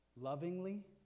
Lovingly